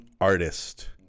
artist